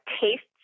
tastes